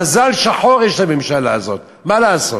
מזל שחור יש לממשלה הזאת, מה לעשות.